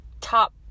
top